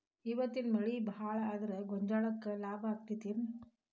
ಇವತ್ತಿನ ಮಳಿ ಭಾಳ ಆದರ ಗೊಂಜಾಳಕ್ಕ ಲಾಭ ಆಕ್ಕೆತಿ ಏನ್?